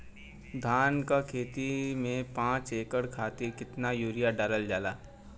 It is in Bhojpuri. धान क खेती में पांच एकड़ खातिर कितना यूरिया डालल जाला?